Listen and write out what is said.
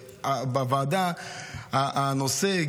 לוועדה הנושא,